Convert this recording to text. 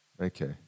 Okay